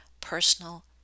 personal